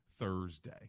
Thursday